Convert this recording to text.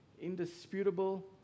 indisputable